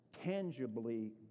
tangibly